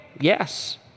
yes